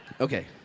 Okay